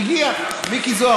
מזל שהם